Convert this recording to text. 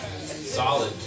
Solid